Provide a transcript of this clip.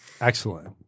Excellent